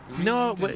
No